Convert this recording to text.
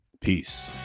peace